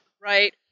right